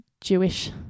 Jewish